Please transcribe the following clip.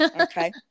okay